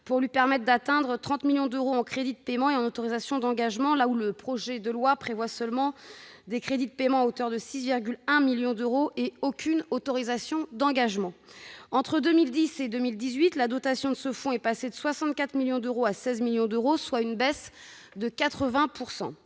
pour atteindre 30 millions d'euros en crédits de paiement et en autorisations d'engagement, alors que le projet de loi prévoit seulement des crédits de paiement à hauteur de 6,1 millions d'euros et aucune autorisation d'engagement. Entre 2010 et 2018, la dotation de ce fonds est passée de 64 millions d'euros à 16 millions d'euros, soit une baisse de 80 %.